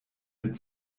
mit